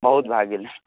बहुत भए गेल